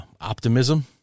optimism